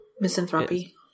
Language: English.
misanthropy